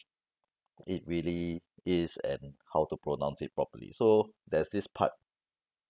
it really is and how to pronounce it properly so there's this part